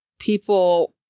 people